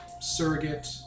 Surrogate